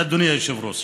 אדוני היושב-ראש.